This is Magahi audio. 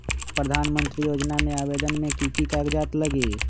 प्रधानमंत्री योजना में आवेदन मे की की कागज़ात लगी?